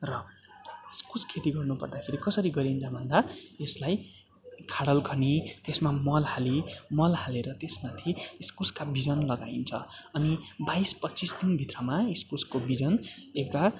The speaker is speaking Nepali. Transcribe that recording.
र इस्कुस खेती गर्नु पर्दाखेरि कसरी गरिन्छ भन्दा यसलाई खाडल खनी त्यसमा मल हाली मल हालेर त्यसमाथि इस्कुसका बिजन लगाइन्छ अनि बाइस पच्चिस दिन भित्रमा इस्कुसको बिजन यता